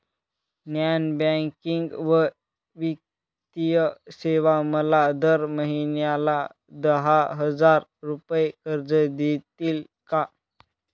Non banking व वित्तीय सेवा मला दर महिन्याला दहा हजार रुपये कर्ज देतील का?